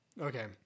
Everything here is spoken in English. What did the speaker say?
Okay